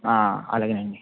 అలాగే అండి